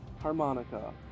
Harmonica